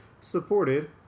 supported